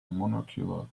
monocular